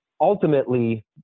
ultimately